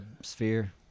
Sphere